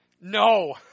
No